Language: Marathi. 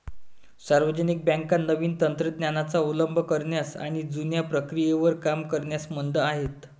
सार्वजनिक बँका नवीन तंत्र ज्ञानाचा अवलंब करण्यास आणि जुन्या प्रक्रियेवर काम करण्यास मंद आहेत